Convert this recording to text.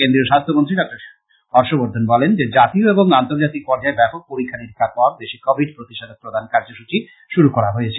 কেন্দ্রীয় স্বাস্থ্যমন্ত্রী ডঃ হর্ষবর্ধন বলেন যে জাতীয় এবং আন্তর্জাতিক পর্যায়ে ব্যাপক পরীক্ষা নিরিক্ষার পর দেশে কোভিড প্রতিষেধক প্রদান কার্যসূচী শুরু করা হয়েছে